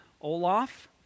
Olaf